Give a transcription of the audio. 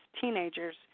teenagers